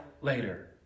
later